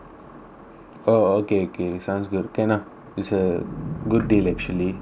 oh okay okay sounds can lah it's a good deal actually and